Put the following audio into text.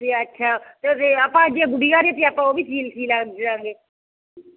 ਅਤੇ ਆਖਿਆ ਅਤੇ ਉਹਦੇ ਆਪਾਂ ਗੁੜੀਆ ਦੇ ਵੀ ਆਪਾਂ ਉਹ ਵੀ ਸੀਊਂ ਦੇਵਾਂਗੇ